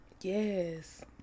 Yes